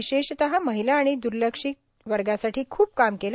विशेषतः महिला आणि दुर्लक्षित वर्गासाठी खूप काम केलं